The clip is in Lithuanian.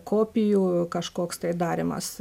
kopijų kažkoks tai darymas